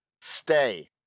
Stay